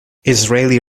israeli